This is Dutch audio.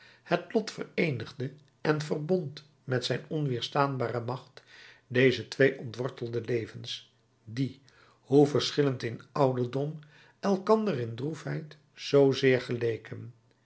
het lot vereenigde en verbond met zijn onweerstaanbare macht deze twee ontwortelde levens die hoe verschillend in ouderdom elkander in droefheid zoo zeer geleken